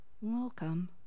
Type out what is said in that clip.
Welcome